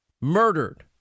murdered